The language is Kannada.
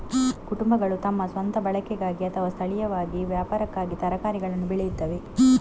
ಕುಟುಂಬಗಳು ತಮ್ಮ ಸ್ವಂತ ಬಳಕೆಗಾಗಿ ಅಥವಾ ಸ್ಥಳೀಯವಾಗಿ ವ್ಯಾಪಾರಕ್ಕಾಗಿ ತರಕಾರಿಗಳನ್ನು ಬೆಳೆಯುತ್ತವೆ